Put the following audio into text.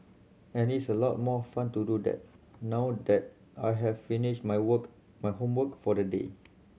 and it's a lot more fun to do that now that I have finished my work homework for the day